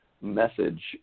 message